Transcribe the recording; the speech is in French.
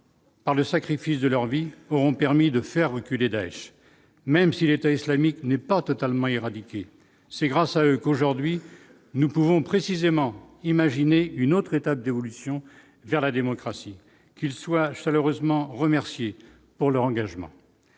Par le sacrifice de leur vie auront permis de faire reculer Daech même si l'État islamique n'est pas totalement éradiquée, c'est grâce à eux qu'aujourd'hui nous pouvons précisément : imaginez une autre étape d'évolution vers la démocratie, qu'il soit chaleureusement remerciés pour leur engagement